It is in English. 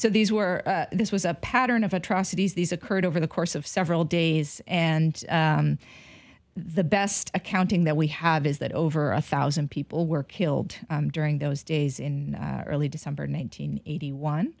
so these were this was a pattern of atrocities these occurred over the course of several days and the best accounting that we have is that over a thousand people were killed during those days in early december nine hundred eighty one